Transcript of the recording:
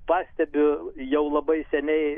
pastebiu jau labai seniai